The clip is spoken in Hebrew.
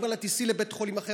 אומרים לה: תיסעי לבית חולים אחר,